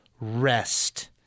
Rest